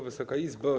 Wysoka Izbo!